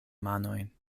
manojn